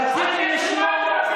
רציתי לשמוע,